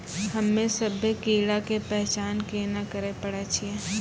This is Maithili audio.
हम्मे सभ्भे कीड़ा के पहचान केना करे पाड़ै छियै?